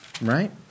right